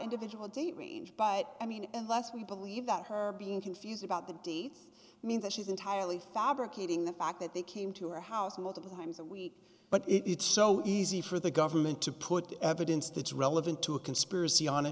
individual date range but i mean unless we believe that her being confused about the deed means that she's entirely fabricating the fact that they came to her house multiple times a week but it is so easy for the government to put the evidence that's relevant to a conspiracy on a